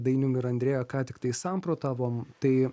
dainium ir andreja ką tiktai samprotavom tai